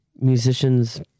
musicians